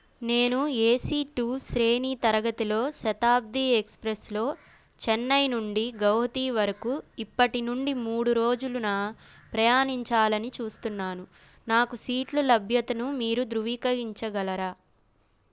నేను AC two శ్రేణి తరగతిలో శతాబ్ది ఎక్స్ప్రెస్లో చెన్నై నుండి గౌహతి వరకు ఇప్పటి నుండి మూడు రోజులు ప్రయాణించాలని చూస్తున్నాను నాకు సీట్ల లభ్యతను మీరు ధృవీకరించగలరా